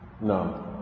No